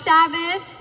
Sabbath